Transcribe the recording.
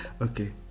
Okay